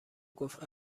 گفت